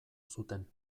zuten